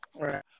right